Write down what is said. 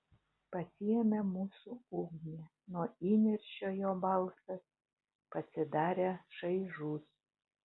pasiėmė mūsų ugnį nuo įniršio jo balsas pasidarė šaižus